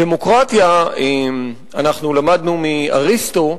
דמוקרטיה, אנחנו למדנו מאריסטו,